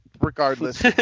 regardless